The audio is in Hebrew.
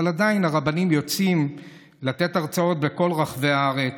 עדיין הרבנים יוצאים לתת הרצאות בכל רחבי הארץ.